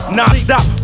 Non-stop